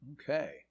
okay